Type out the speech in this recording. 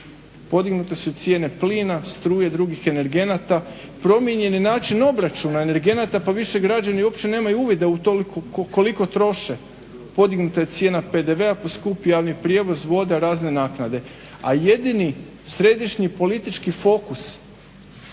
Podignute su cijene plina, struje i drugih energenata, promijenjen je način obračuna energenata pa više građani uopće nemaju uvida u to koliko troše. Podignuta je cijena PDV-a, poskupio je javni prijevoz, voda, razne naknade. A jedini središnji politički fokus